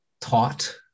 taught